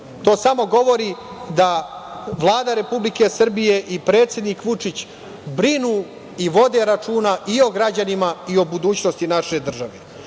To samo govori da Vlada Republike Srbije i predsednik Vučić brinu i vode računa i o građanima i o budućnosti naše države. Koliko